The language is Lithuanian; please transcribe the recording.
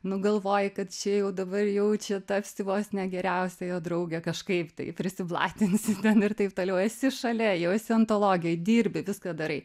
nu galvoji kad čia jau dabar jau čia tapsi vos ne geriausia jo drauge kažkaip tai prisiblatinsi ten ir taip toliau esi šalia jau esi antologijoj dirbi viską darai